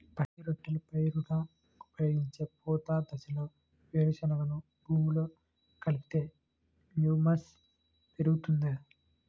పచ్చి రొట్టెల పైరుగా ఉపయోగించే పూత దశలో వేరుశెనగను భూమిలో కలిపితే హ్యూమస్ పెరుగుతుందా?